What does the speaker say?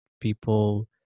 people